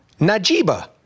Najiba